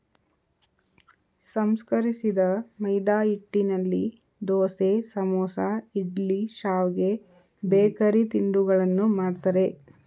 ಸಂಸ್ಕರಿಸಿದ ಮೈದಾಹಿಟ್ಟಿನಲ್ಲಿ ದೋಸೆ, ಸಮೋಸ, ಇಡ್ಲಿ, ಶಾವ್ಗೆ, ಬೇಕರಿ ತಿಂಡಿಗಳನ್ನು ಮಾಡ್ತರೆ